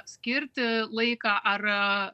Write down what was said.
skirti laiką ar